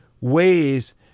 ways